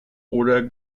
oder